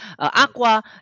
Aqua